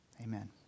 Amen